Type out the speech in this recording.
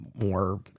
more